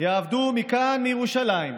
יעבדו מכאן, מירושלים,